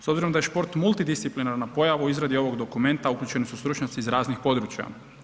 S obzirom da je šport multidisciplinarna pojava u izradi ovog dokumenta uključeni su stručnjaci iz raznih područja.